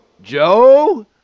Joe